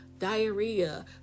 diarrhea